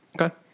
Okay